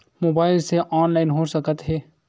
Mobile से online हो सकत हे?